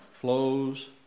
flows